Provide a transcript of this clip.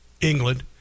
England